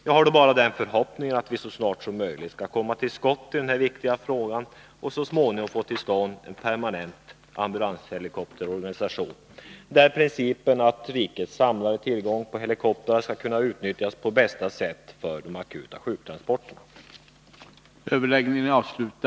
Jag har då bara den förhoppningen att vi så snart som möjligt skall komma till något resultat i denna viktiga fråga och så småningom få till stånd en permanent ambulanshelikopterorganisation, enligt principen att rikets samlade tillgång på helikoptrar skall kunna utnyttjas på bästa sätt för transporter av akut sjuka.